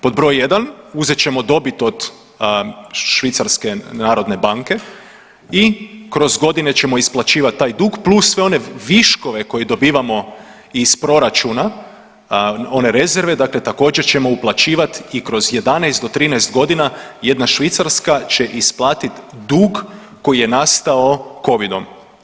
Pod broj 1, uzet ćemo dobit od Švicarske narodne banke i kroz godine ćemo isplaćivati taj dug plus sve one viškove koje dobivamo iz proračuna, ona rezerve, također ćemo uplaćivati i kroz 11 do 13 godina, jedna Švicarska će isplatiti dug koji je nastao Covidom.